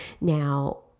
Now